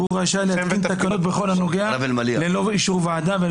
והוא רשאי להתקין תקנות בכל עניין לביצועו ללא אישור ועדה.